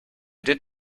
did